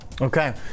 Okay